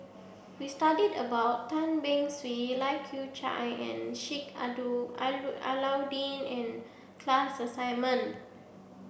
we studied about Tan Beng Swee Lai Kew Chai and Sheik Alau'ddin in class assignment